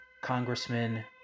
Congressman